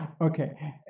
Okay